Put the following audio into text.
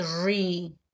three